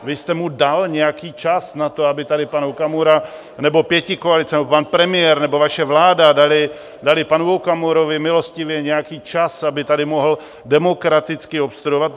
Vy jste mu dal nějaký čas na to, aby tady pan Okamura... nebo pětikoalice nebo pan premiér nebo vaše vláda dali panu Okamurovi milostivě nějaký čas, aby tady mohl demokraticky obstruovat?